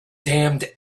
damned